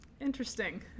Interesting